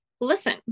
listen